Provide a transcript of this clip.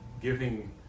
giving